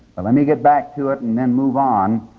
let me get back to it and then move on.